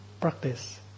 practice